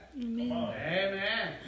amen